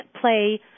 play